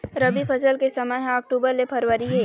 रबी फसल के समय ह अक्टूबर ले फरवरी हे